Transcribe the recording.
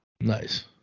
Nice